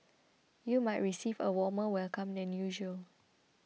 you might receive a warmer welcome than usual